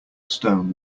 stone